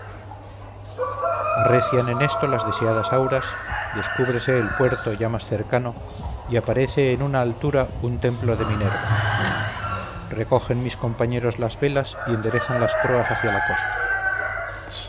arrecian en esto las deseadas auras descúbrese el puerto ya más cercano y aparece en una altura un templo de minerva recogen mis compañeros las velas y enderezan las proas hacia la costa